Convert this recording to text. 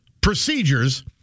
procedures